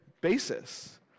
basis